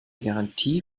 garantie